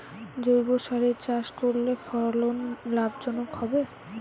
জৈবসারে চাষ করলে ফলন লাভজনক হবে?